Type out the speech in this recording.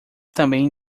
também